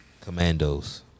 Commandos